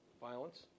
Violence